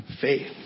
faith